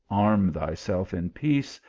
arm thyself in peace,